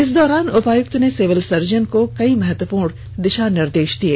इस दौरान उपायुक्त ने सिविल सर्जन को कई महत्वपूर्ण दिषा निर्देष भी दिये